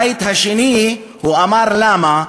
אתה יודע מה, בבית השני הוא אמר למה.